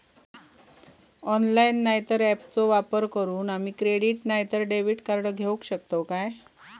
Online नाय तर ऍपचो वापर करून आम्ही क्रेडिट नाय तर डेबिट कार्ड घेऊ शकतो का?